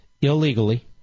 illegally